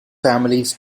families